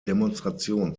demonstration